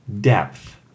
Depth